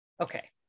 Okay